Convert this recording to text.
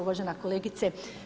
Uvažena kolegice.